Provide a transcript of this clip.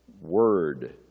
word